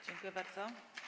Dziękuję bardzo.